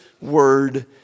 word